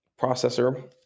processor